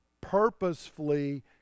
purposefully